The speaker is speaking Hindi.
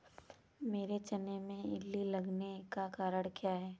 मेरे चने में इल्ली लगने का कारण क्या है?